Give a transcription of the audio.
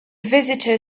visitor